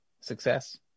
success